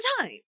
time